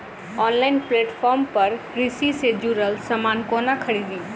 Online platform पर कृषि सँ जुड़ल समान कोना खरीदी?